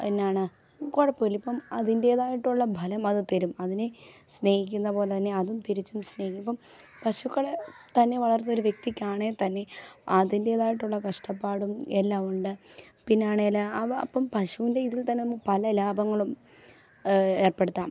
എന്നാണ് കുഴപ്പമില്ല ഇപ്പം അതിൻ്റേതായിട്ടുള്ള ബലം അത് തരും അതിനെ സ്നേഹിക്കുന്ന പോലെ തന്നെ അതും തിരിച്ചും സ്നേഹിക്കും ഇപ്പം പശുക്കളെ തന്നെ വളർത്തിയ ഒരു വ്യക്തിക്കാണേ തന്നെ അതിൻ്റേതായിട്ടുള്ള കഷ്ടപ്പാടും എല്ലാമുണ്ട് പിന്നെ ആണേല് അപ്പം പശുവിൻ്റെ ഇതിൽ തന്നെ നമുക്ക് പല ലാഭങ്ങളും ഏർപ്പെടുത്താം